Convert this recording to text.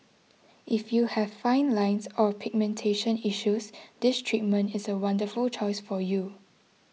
if you have fine lines or pigmentation issues this treatment is a wonderful choice for you